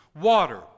water